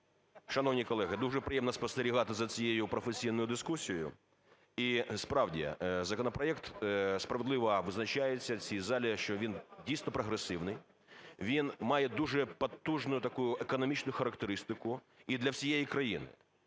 Шановні колеги, дуже приємно спостерігати за цією професійною дискусією. І справді, законопроект справедливо визначається в цій залі, що він дійсно прогресивний, він має дуже потужну таку економічну характеристику і для всієї країни.